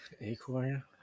acorn